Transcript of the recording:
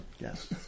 yes